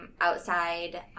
outside